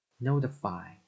Notify